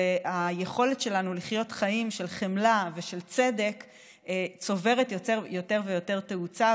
והיכולת שלנו לחיות חיים של חמלה ושל צדק צוברת יותר ויותר תאוצה.